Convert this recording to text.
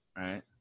right